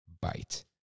bite